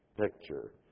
picture